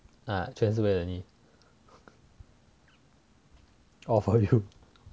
啊全是为了你 all for you